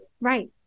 right